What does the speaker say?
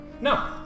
No